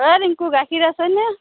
অই ৰিংকু গাখীৰ আছে নে